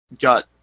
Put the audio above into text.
got